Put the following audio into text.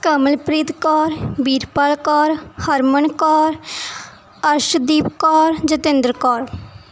Kamalpreet Kaur Veerpal Kaur Harman Kaur Arshdeep Kaur Jatinder Kaur